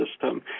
system